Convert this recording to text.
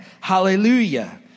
Hallelujah